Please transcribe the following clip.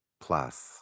plus